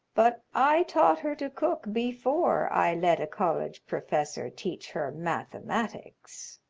but i taught her to cook before i let a college professor teach her mathematics.